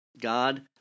God